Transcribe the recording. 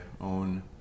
own